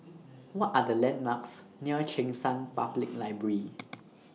What Are The landmarks near Cheng San Public Library